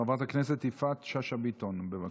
חברת הכנסת יפעת שאשא ביטון, בבקשה.